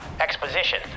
Exposition